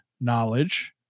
knowledge